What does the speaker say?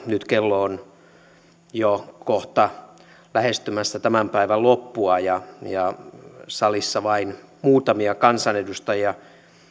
nyt kello on jo kohta lähestymässä tämän päivän loppua ja salissa vain muutamia kansanedustajia